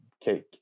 cake